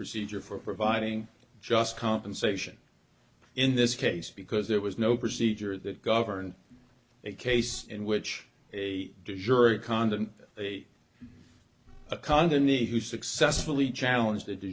procedure for providing just compensation in this case because there was no procedure that governed a case in which a jury condon a condon the who successfully challenge th